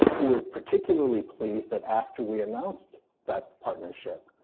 we are particularly pleased that after we announced that partnership,